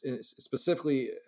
specifically